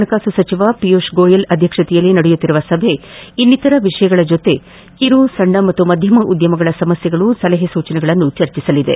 ಹಣಕಾಸು ಸಚಿವ ಪಿಯುಷ್ ಗೊಯಲ್ ಅಧ್ಯಕ್ಷತೆಯಲ್ಲಿ ನಡೆಯುತ್ತಿರುವ ಸಭೆ ಇನ್ನಿತರ ವಿಷಯಗಳ ಜೊತೆ ಕಿರು ಸಣ್ಣ ಮತ್ತು ಮಧ್ಯಮ ಉದ್ಯಮಗಳ ಸಮಸ್ತೆಗಳು ಸಲಹೆ ಸೂಚನೆಗಳನ್ನು ಚರ್ಚಿಸಲಿದೆ